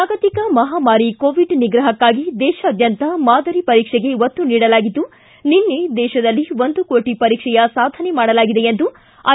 ಜಾಗತಿಕ ಮಹಾಮಾರಿ ಕೋವಿಡ್ ನಿಗ್ರಹಕ್ಕಾಗಿ ದೇಶಾದ್ಯಂತ ಮಾದರಿ ಪರೀಕ್ಷೆಗೆ ಒತ್ತು ನೀಡಲಾಗಿದ್ದು ನಿನ್ನೆ ದೇಶದಲ್ಲಿ ಒಂದು ಕೋಟಿ ಪರೀಕ್ಷೆಯ ಸಾಧನೆ ಮಾಡಲಾಗಿದೆ ಎಂದು ಐ